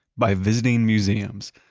by visiting museums.